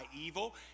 evil